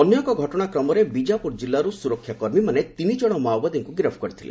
ଅନ୍ୟ ଏକ ଘଟଣା କ୍ରମରେ ବିକାପୁର ଜିଲ୍ଲାରୁ ସୁରକ୍ଷା କର୍ମୀମାନେ ତିନି ଜଣ ମାଓବାଦୀଙ୍କୁ ଗିରଫ୍ କରିଥିଲେ